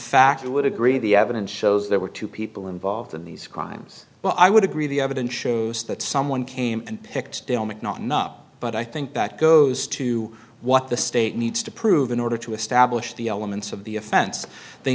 fact you would agree the evidence shows there were two people involved in these crimes well i would agree the evidence shows that someone came and picked filmic not enough but i think that goes to what the state needs to prove in order to establish the elements of the offense they